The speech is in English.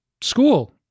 school